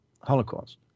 Holocaust